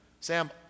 Sam